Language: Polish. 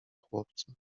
chłopca